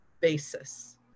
basis